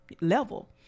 level